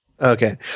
Okay